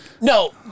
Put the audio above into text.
No